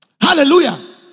Hallelujah